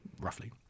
roughly